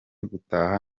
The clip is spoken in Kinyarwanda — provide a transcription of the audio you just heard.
gutaha